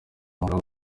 umuriro